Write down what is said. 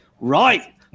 Right